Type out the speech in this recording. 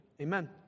Amen